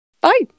bye